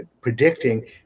predicting